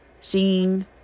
seeing